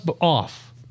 off